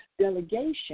Delegation